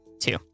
two